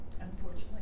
Unfortunately